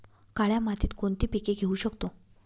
काळ्या मातीत कोणती पिके घेऊ शकतो?